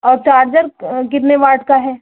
और चार्जर कितने वाट है